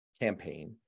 campaign